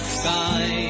sky